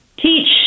teach